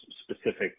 specific